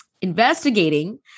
Investigating